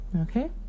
Okay